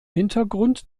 hintergrund